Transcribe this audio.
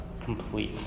complete